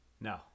No